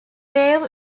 rave